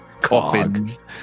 Coffins